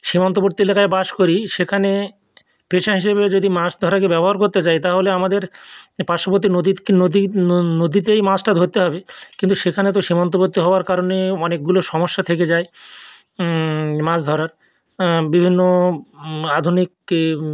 সীমান্তবর্তী এলাকায় বাস করি সেখানে পেশা হিসেবে যদি মাছ ধরাকে ব্যবহার করতে চাই তাহলে আমাদের পাশ্ববর্তী নদীতেই মাছটা ধরতে হবে কিন্তু সেখানে তো সীমান্তবর্তী হওয়ার কারণে অনেকগুলো সমস্যা থেকে যায় মাছ ধরার বিভিন্ন আধুনিক কি